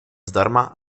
zdarma